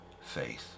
faith